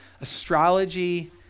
astrology